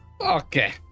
Okay